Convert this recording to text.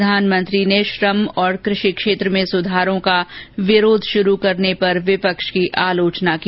प्रधानमंत्री ने श्रम और कृषि क्षेत्र में सुधारों का विरोध शुरू करने पर विपक्ष की आलोचना की